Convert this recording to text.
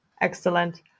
Excellent